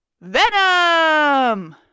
Venom